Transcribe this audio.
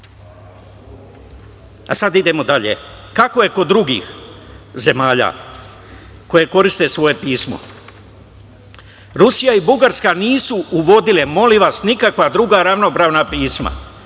Sada idemo dalje. Kako je kod drugih zemalja koje koriste svoje pismo. Rusija i Bugarska nisu uvodile, molim vas, nikakva druga ravnopravna pisma,